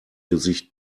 gesicht